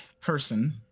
person